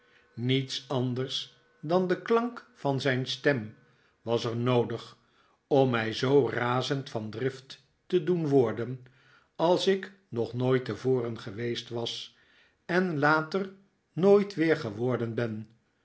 niets anders dan de klank van zijn stem was er noodig om mij zoo razend van drift te doen worden als ik nog nooit tevoren geweest was en later nooit weer geworden ben